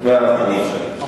זה באמת בלתי אפשרי.